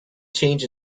change